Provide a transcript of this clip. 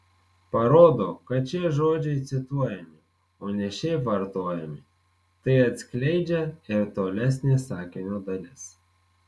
parodo kad šie žodžiai cituojami o ne šiaip vartojami tai atskleidžia ir tolesnė sakinio dalis